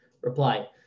reply